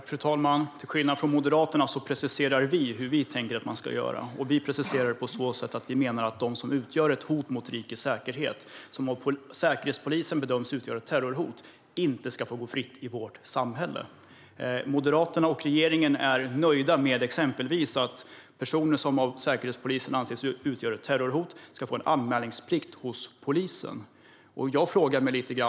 Fru talman! Till skillnad från Moderaterna preciserar vi hur vi tycker att man ska göra. Vi menar att de som utgör ett hot mot rikets säkerhet, som av Säkerhetspolisen bedöms utgöra ett terrorhot, inte ska få gå fritt i vårt samhälle. Moderaterna och regeringen är exempelvis nöjda med att personer som av Säkerhetspolisen anses utgöra ett terrorhot ska få en anmälningsplikt hos polisen.